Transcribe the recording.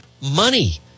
money